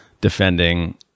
defending